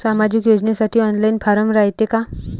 सामाजिक योजनेसाठी online form रायते का?